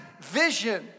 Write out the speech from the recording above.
vision